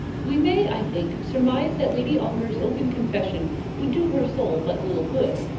we may, i think, surmise that lady ongar's open confession would do her soul but little good,